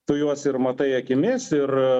tu juos ir matai akimis ir